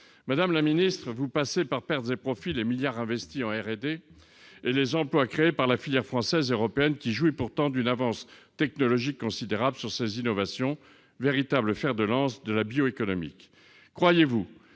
madame la ministre vous passer par pertes et profits les milliards investis en R&D et les emplois créés par la filière française et européenne qui jouit pourtant d'une avance technologique considérable sur ses innovations, véritable fer de lance de la bio-économique, croyez-vous